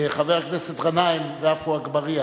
חברי הכנסת גנאים ועפו אגבאריה,